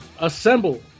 Assemble